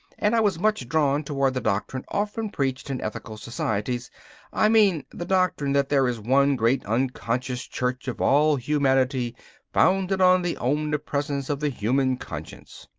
and i was much drawn towards the doctrine often preached in ethical societies i mean the doctrine that there is one great unconscious church of all humanity founded on the omnipresence of the human conscience.